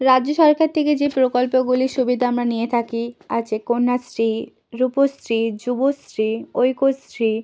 রাজ্য সরকার থেকে যে প্রকল্পগুলি সুবিধা আমরা নিয়ে থাকি আছে কন্যাশ্রী রূপশ্রী যুবশ্রী ঐক্যশ্রী